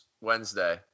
Wednesday